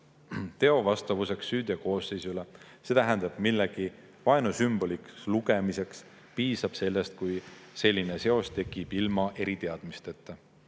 Teo vastavuseks süüteo koosseisule, see tähendab, millegi vaenu sümboliks lugemiseks piisab sellest, kui selline seos tekib ilma eriteadmisteta